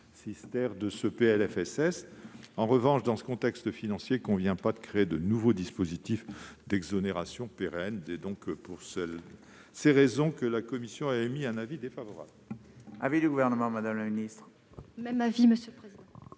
sociale. En revanche, dans ce contexte financier, il ne convient pas de créer de nouveaux dispositifs d'exonération pérennes. Pour ces raisons, la commission a émis un avis défavorable